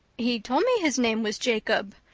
he told me his name was jacob,